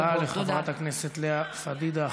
תודה רבה לחברת הכנסת לאה פדידה.